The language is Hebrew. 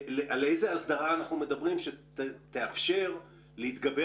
על איזו הסדרה אנחנו מדברים שתאפשר להתגבר